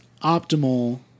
optimal